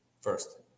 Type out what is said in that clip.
First